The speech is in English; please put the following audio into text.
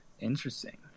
Interesting